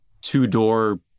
two-door